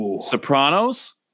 Sopranos